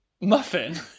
Muffin